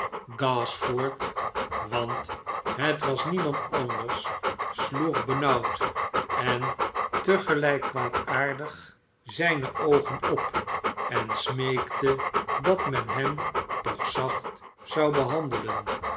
gashford want het was niemand anders sloeg benauwd en te gelijk kwaadaardig zijne oogen op en smeekte dat men hem toch zacht zou behandelen